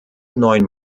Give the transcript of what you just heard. neuen